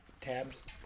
tabs